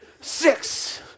Six